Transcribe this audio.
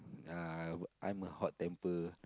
uh I'm a hot temper